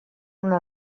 una